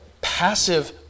passive